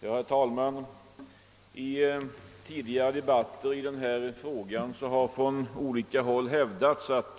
Herr talman! I tidigare debatter i denna fråga har från olika håll hävdats, att